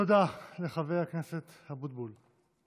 תודה לחבר הכנסת אבוטבול.